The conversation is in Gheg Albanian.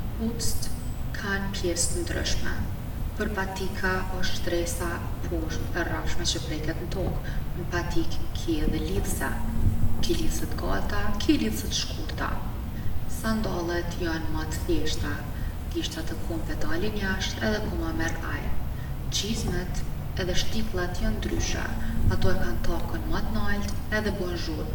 Kpuct kan’ pjes’ t’ndryshme. Për patika osht shtresa poshtë e rrafshme që prek n’tokë. N’patikë ki edhe lidhse, ki lidhse t’gata ki lidhse t’shkurta. Sandallet jon ma t’thjeshta, gishtat e komve dalin jashtë edhe koma merr ajër. Shtikllat e qizmet jon ma ndryshe, ato e kan takën ma t’nalt edhe bojn zhurmë.